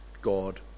God